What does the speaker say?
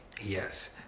Yes